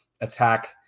attack